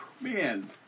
man